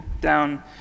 down